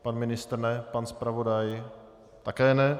Pan ministr ne, pan zpravodaj také ne.